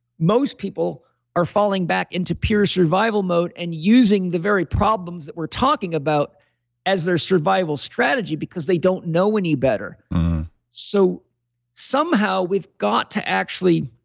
most people are falling back into pure survival mode and using the very problems that we're talking about as their survival strategy, because they don't know any better so somehow, we've got to actually